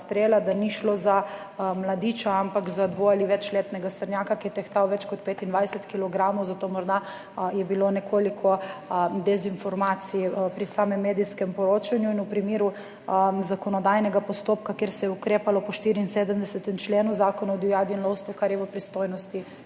da ni šlo za mladiča, ampak za dvo- ali večletnega srnjaka, ki je tehtal več kot 25 kilogramov. Morda je bilo nekaj dezinformacij pri samem medijskem poročanju. V primeru zakonodajnega postopka se je ukrepalo po 74. členu Zakona o divjadi in lovstvu, kar je v pristojnosti